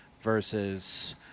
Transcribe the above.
versus